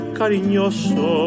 cariñoso